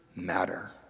matter